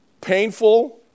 painful